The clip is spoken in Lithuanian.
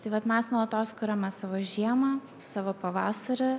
tai vat mes nuolatos kuriame savo žiemą savo pavasarį